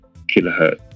kilohertz